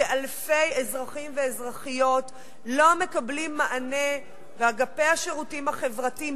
כשאלפי אזרחים ואזרחיות לא מקבלים מענה ואגפי השירותים החברתיים,